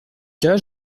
cas